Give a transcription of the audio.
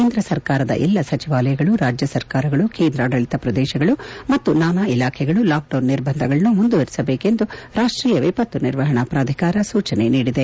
ಕೇಂದ್ರ ಸರ್ಕಾರದ ಎಲ್ಲಾ ಸಚಿವಾಲಯಗಳು ರಾಜ್ಯ ಸರ್ಕಾರಗಳು ಕೇಂದ್ರಾಡಳಿತ ಪ್ರದೇಶಗಳು ಮತ್ತು ನಾನಾ ಇಲಾಖೆಗಳು ಲಾಕ್ಡೌನ್ ನಿರ್ಬಂಧಗಳನ್ನು ಮುಂದುವರಿಸಬೇಕು ಎಂದು ರಾಷ್ಷೀಯ ವಿಪತ್ತು ನಿರ್ವಹಣಾ ಪ್ರಾಧಿಕಾರ ಎನ್ಡಿಎಂಎ ಸೂಚನೆ ನೀಡಿದೆ